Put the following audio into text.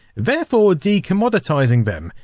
therefore de-commoditising them,